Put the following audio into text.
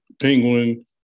Penguin